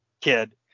kid